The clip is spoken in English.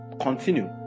Continue